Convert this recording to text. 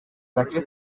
gace